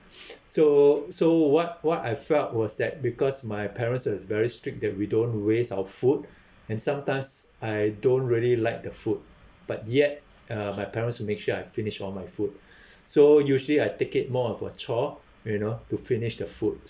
so so what what I felt was that because my parents was very strict that we don't waste our food and sometimes I don't really like the food but yet uh my parents will make sure I finish all my food so usually I take it more of a chore you know to finish the food